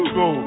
go